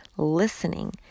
listening